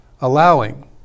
allowing